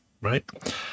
right